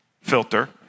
filter